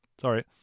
Sorry